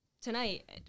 tonight